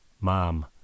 mom